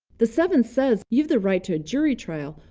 the seventh says you have the right to a jury trial,